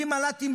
בלי מל"טים,